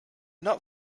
not